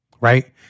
Right